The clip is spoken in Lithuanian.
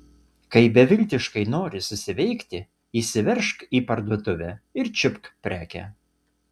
kai beviltiškai nori susiveikti įsiveržk į parduotuvę ir čiupk prekę